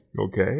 okay